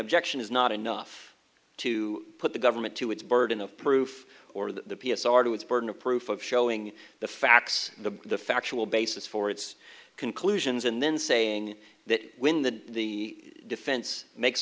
objection is not enough to put the government to its burden of proof or the p s r to its burden of proof of showing the facts the factual basis for its conclusions and then saying that when the defense makes